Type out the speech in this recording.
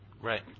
Right